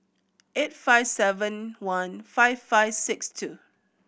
eight five seven one five five six two